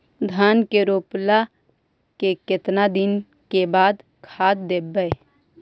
धान के रोपला के केतना दिन के बाद खाद देबै?